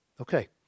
Okay